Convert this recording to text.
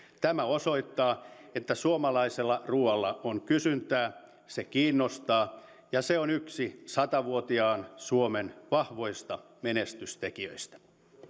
tämä osoittaa että suomalaisella ruualla on kysyntää se kiinnostaa ja se on yksi sata vuotiaan suomen vahvoista menestystekijöistä